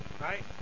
Right